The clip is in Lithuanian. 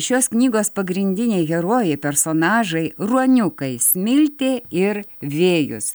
šios knygos pagrindiniai herojai personažai ruoniukai smiltė ir vėjus